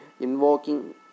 invoking